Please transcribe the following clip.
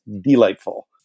delightful